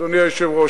אדוני היושב-ראש,